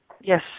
Yes